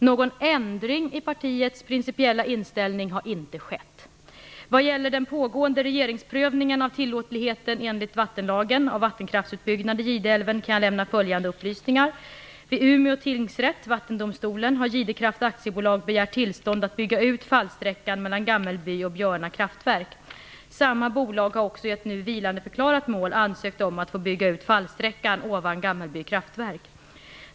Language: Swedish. Någon ändring i partiets principiella inställning har inte skett. Vad gäller den pågående regeringsprövningen av tillåtligheten enligt vattenlagen av vattenkraftsutbyggnad i Gideälven kan jag lämna följande upplysningar. Samma bolag har också i ett nu vilandeförklarat mål ansökt om att få bygga ut fallsträckan ovan Gammelby kraftverk.